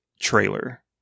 trailer